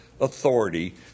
authority